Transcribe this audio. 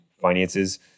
finances